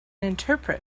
interpret